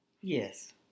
yes